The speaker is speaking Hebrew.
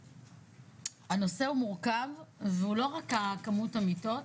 הנושא הוא מורכב והוא לא רק הכמות מיטות,